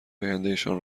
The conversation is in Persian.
آیندهشان